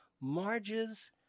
Marge's